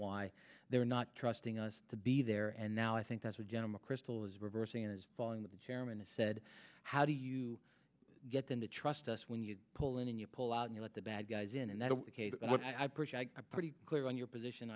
why they're not trusting us to be there and now i think that's what general mcchrystal is reversing is following that the chairman has said how do you get them to trust us when you pull in and you pull out and you let the bad guys in and that is a pretty clear on your position